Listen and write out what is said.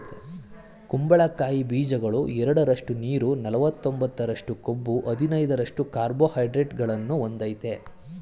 ಕುಂಬಳಕಾಯಿ ಬೀಜಗಳು ಎರಡರಷ್ಟು ನೀರು ನಲವತ್ತೊಂಬತ್ತರಷ್ಟು ಕೊಬ್ಬು ಹದಿನೈದರಷ್ಟು ಕಾರ್ಬೋಹೈಡ್ರೇಟ್ಗಳನ್ನು ಹೊಂದಯ್ತೆ